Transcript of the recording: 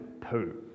poo